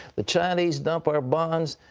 the chinese dump our bonds.